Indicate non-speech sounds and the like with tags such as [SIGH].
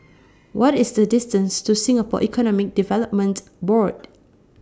[NOISE] What IS The distance to Singapore Economic Development Board